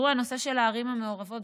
הנושא של הערים המעורבות,